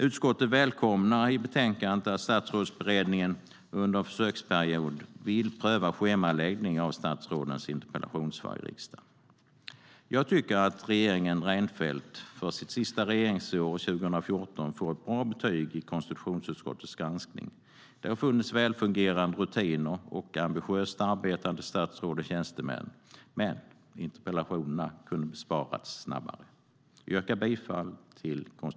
Utskottet välkomnar i betänkandet att Statsrådsberedningen under en försöksperiod vill pröva schemaläggning av statsrådens interpellationssvar i riksdagen. Herr talman!